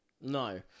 No